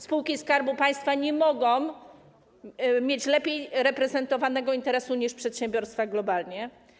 Spółki Skarbu Państwa nie mogą mieć lepiej reprezentowanego interesu niż przedsiębiorstwa globalnie.